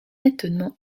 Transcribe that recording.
étonnement